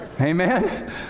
Amen